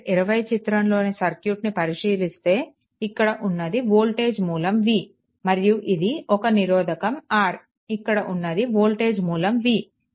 20 చిత్రంలోని సర్క్యూట్ని పరిశీలిస్తే ఇక్కడ ఉన్నది వోల్టేజ్ మూలం v మరియు ఇది ఒక నిరోధకం R ఇక్కడ ఉన్నది వోల్టేజ్ మూలం v